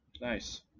Nice